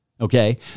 Okay